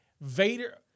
Vader